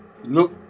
Look